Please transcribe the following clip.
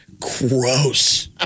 Gross